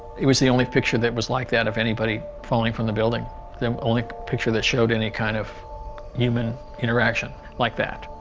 it was the only picture that was like that of anybody falling from the building um only picture that showed any kind of human interaction like that